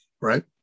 Right